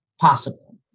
possible